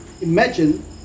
imagine